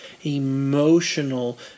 emotional